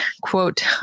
quote